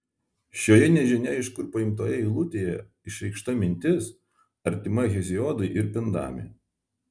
šioje nežinia iš kur paimtoje eilutėje išreikšta mintis artima heziodui ir pindami